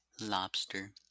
lobster